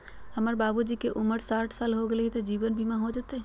हमर बाबूजी के उमर साठ साल हो गैलई ह, जीवन बीमा हो जैतई?